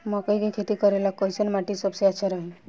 मकई के खेती करेला कैसन माटी सबसे अच्छा रही?